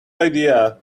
idea